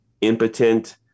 impotent